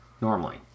normally